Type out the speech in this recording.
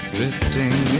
Drifting